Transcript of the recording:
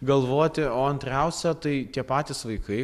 galvoti o antriausia tai tie patys vaikai